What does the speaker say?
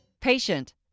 Patient